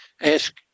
ask